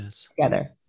together